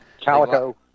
Calico